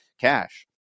cash